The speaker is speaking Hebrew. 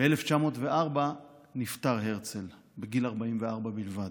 ב-1904 נפטר הרצל בגיל 44 בלבד.